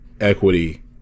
equity